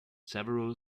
several